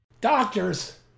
Doctors